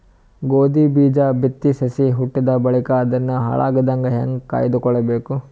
ಗೋಧಿ ಬೀಜ ಬಿತ್ತಿ ಸಸಿ ಹುಟ್ಟಿದ ಬಳಿಕ ಅದನ್ನು ಹಾಳಾಗದಂಗ ಹೇಂಗ ಕಾಯ್ದುಕೊಳಬೇಕು?